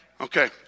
Okay